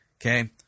Okay